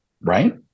right